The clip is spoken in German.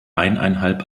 eineinhalb